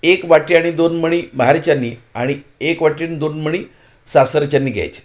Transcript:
एक वाटी आणि दोन मणी माहेरच्यानी आणि एक वाटी आणि दोन मणी सासरच्यानी घ्यायचे